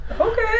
Okay